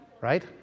Right